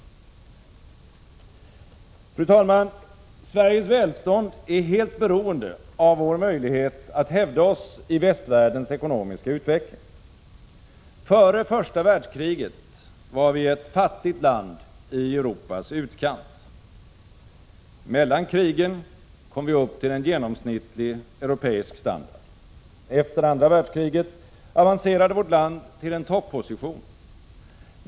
Fru talman! Sveriges välstånd är helt beroende av vår möjlighet att hävda oss i västvärldens ekonomiska utveckling. Före första världskriget var Sverige ett fattigt land i Europas utkant. Mellan krigen kom vi upp till en genomsnittlig europeisk standard. Efter andra världskriget avancerade vårt land till en topposition.